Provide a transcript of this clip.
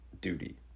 duty